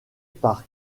par